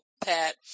pat